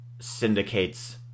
syndicates